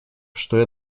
что